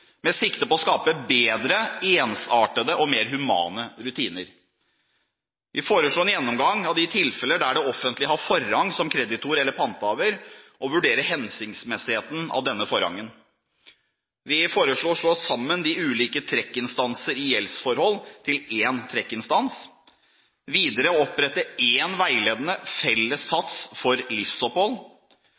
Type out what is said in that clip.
med sikte på å skape bedre, ensartede og mer humane rutiner. Vi foreslo en gjennomgang av de tilfeller der det offentlige har forrang som kreditor eller pantehaver, og en vurdering av hensiktsmessigheten med denne forrangen. Vi foreslo å slå sammen de ulike trekkinstanser i gjeldsforhold til én trekkinstans og videre å opprette én veiledende felles sats for livsopphold.